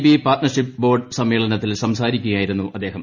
B partnership board സമ്മേളനത്തിൽ സംസാരിക്കുകയായിരുന്നു അദ്ദേഹം